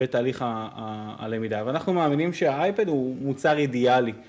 ‫בתהליך הלמידה, ואנחנו מאמינים ‫שהאייפד הוא מוצר אידיאלי.